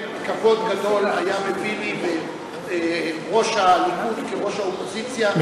באמת איזה כבוד גדול היה מביא לי ראש הליכוד כראש האופוזיציה,